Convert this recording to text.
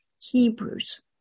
Hebrews